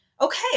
okay